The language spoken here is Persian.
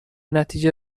نتیجه